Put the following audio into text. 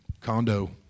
condo